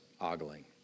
ogling